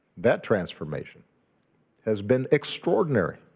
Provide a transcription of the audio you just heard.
that transformation has been extraordinary,